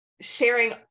sharing